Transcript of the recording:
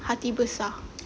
hati besar